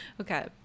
Okay